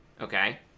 okay